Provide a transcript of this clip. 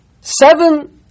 seven